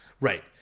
Right